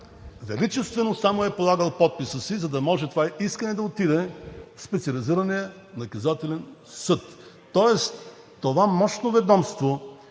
величествено само е полагал подписа си, за да може това искане да отиде в Специализирания наказателен съд. Тоест това мощно ведомство,